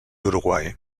uruguai